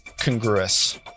congruous